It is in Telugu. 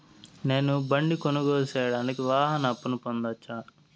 నేను బండి కొనుగోలు సేయడానికి వాహన అప్పును పొందవచ్చా?